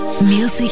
Music